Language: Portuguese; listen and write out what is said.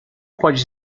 pode